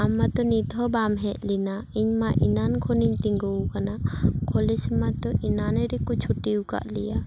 ᱟᱢ ᱢᱟᱛᱚ ᱱᱤᱛᱚ ᱦᱚᱸ ᱵᱟᱢ ᱦᱮᱡ ᱞᱮᱱᱟ ᱤᱧ ᱢᱟ ᱮᱱᱟᱱ ᱠᱷᱚᱱᱤᱧ ᱛᱤᱜᱩ ᱟᱠᱟᱱᱟ ᱠᱚᱞᱮᱡᱽ ᱢᱟᱛᱚ ᱮᱱᱟᱱ ᱨᱮᱠᱚ ᱪᱷᱩᱴᱤ ᱟᱠᱟᱫ ᱞᱮᱭᱟ